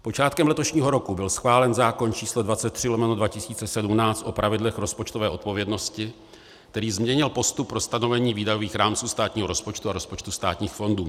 Počátkem letošního roku byl schválen zákon číslo 23/2017 o pravidlech rozpočtové odpovědnosti, který změnil postup pro stanovení výdajových rámců státního rozpočtu a rozpočtu státních fondů.